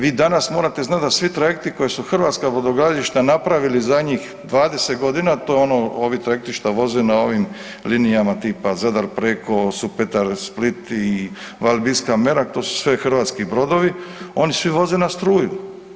Vi danas morate znati da svi trajekti koje su hrvatska brodogradilišta napravila zadnjih 20 godina, to je ono ovi trajekti što voze na ovim linijama tipa Zadar-Preko, Supetar-Split i Valbiska-Merak, to su svi hrvatski brodovi oni svi voze na struju.